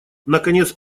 наконец